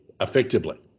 effectively